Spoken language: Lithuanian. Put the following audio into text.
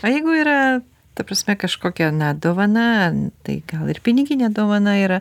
o jeigu yra ta prasme kažkokia na dovana tai gal ir piniginė dovana yra